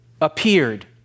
appeared